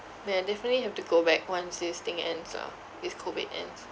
ya I definitely have to go back once this thing ends ah this COVID ends